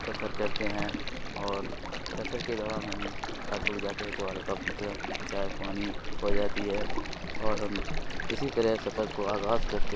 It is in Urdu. سفر کرتے ہیں اور سفر کے دوران ہم تھک اوک جاتے ہیں تو ہلکا پھلکا چائے پانی ہو جاتی ہے اور ہم اسی طرح سفر کو آغاز کرتے